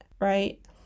right